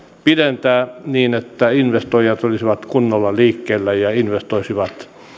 pidentää niin että investoijat olisivat kunnolla liikkeellä ja investoisivat